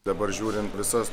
dabar žiūrint visas